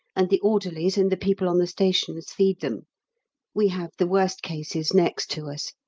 and the orderlies and the people on the stations feed them we have the worst cases next to us.